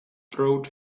throat